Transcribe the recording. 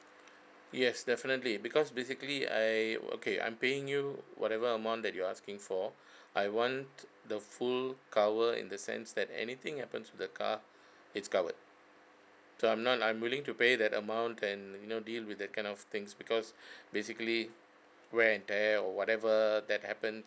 yes definitely because basically I okay I'm paying you whatever amount that you're asking for I want the full cover in the sense that anything happens to the car it's covered so I'm not I'm willing to pay that amount than you know deal with that kind of things because basically wear and tear or whatever that happened